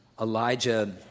Elijah